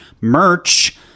merch